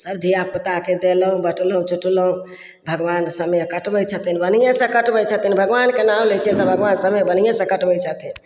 सब धिआपुताके देलहुँ बाँटलहुँ सोँटलहुँ भगवान समय कटबै छथिन बढ़िएँसे कटबै छथिन भगवानके नाम लै छिअनि तऽ भगवान समय बढ़िएँसे कटबै छथिन